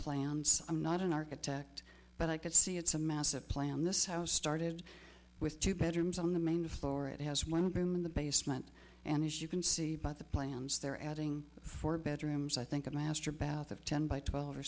plants i'm not an architect but i could see it's a massive plan this house started with two bedrooms on the main floor it has one broom in the basement and as you can see by the plans they're adding four bedrooms i think a master bath of ten by twelve or